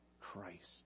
Christ